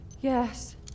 Yes